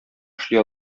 эшли